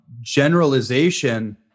generalization